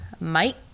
mike